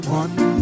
one